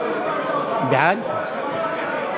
הכנסת נתקבלה.